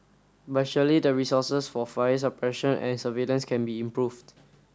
but surely the resources for fire suppression and surveillance can be improved